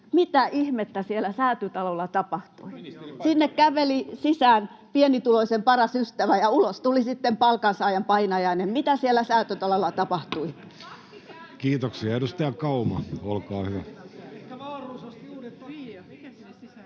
Mitä ihmettä siellä Säätytalolla tapahtui? [Kimmo Kiljusen välihuuto] Sinne käveli sisään pienituloisen paras ystävä, ja ulos tuli sitten palkansaajan painajainen. Mitä siellä Säätytalolla tapahtui? Kiitoksia. — Edustaja Kauma, olkaa hyvä.